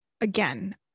again